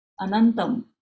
anantam